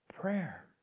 Prayer